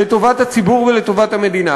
לטובת הציבור ולטובת המדינה.